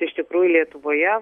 iš tikrųjų lietuvoje